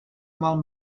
mal